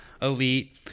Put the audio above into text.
elite